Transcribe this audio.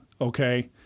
okay